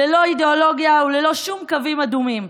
ללא אידיאולוגיה וללא שום קווים אדומים.